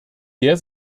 der